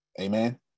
Amen